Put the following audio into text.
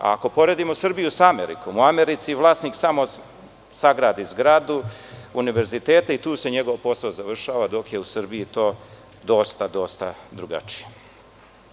Ako poredimo Srbiju sa Amerikom, u Americi vlasnik samo sagradi zgradu univerziteta i tu se njegov posao završava, dok je u Srbiji to dosta drugačije.